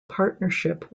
partnership